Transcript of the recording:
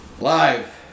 live